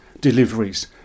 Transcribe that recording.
deliveries